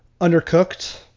undercooked